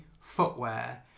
footwear